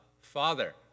Father